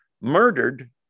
murdered